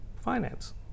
finance